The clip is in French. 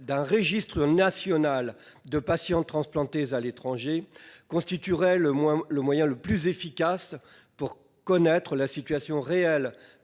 d'un registre national de patients transplantés à l'étranger constituerait le moyen le plus efficace pour connaître la situation réelle